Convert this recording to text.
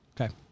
okay